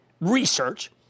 Research